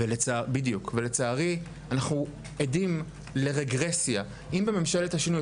לצערי אנחנו עדים לרגרסיה בממשלה הזאת.